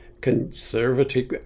conservative